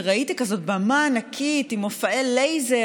זה אומר שביולי הם יתחילו עוד הפעם לשלם משכנתה.